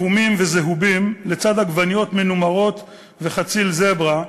חומים וזהובים לצד עגבניות מנומרות וחציל זברה,